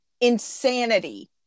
insanity